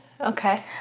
Okay